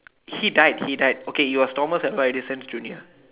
he died he died okay you are Thomas Edison junior